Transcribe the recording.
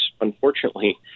unfortunately